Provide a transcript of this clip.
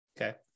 okay